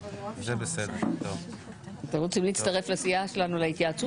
אני רק רוצה להגיד שהחוק שאנחנו מעבירים היום הוא חוק חשוב,